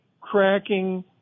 cracking